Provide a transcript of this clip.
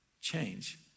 change